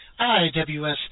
IWS